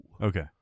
Okay